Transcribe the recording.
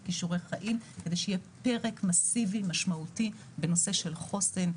כישורי חיים כדי שיהיה פרק מאסיבי משמעותי בנושא של חוסן,